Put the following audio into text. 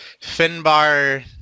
Finbar